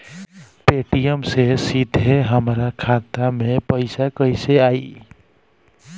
Paytm से सीधे हमरा खाता मे पईसा कइसे आई?